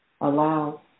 allow